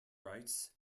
writes